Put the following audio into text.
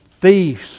thieves